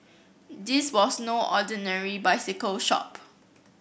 this was no ordinary bicycle shop